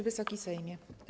Wysoki Sejmie!